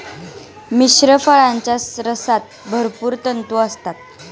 मिश्र फळांच्या रसात भरपूर तंतू असतात